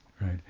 right